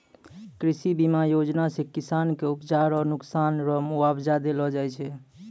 कृषि बीमा योजना से किसान के उपजा रो नुकसान रो मुआबजा देलो जाय छै